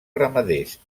ramaders